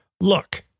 look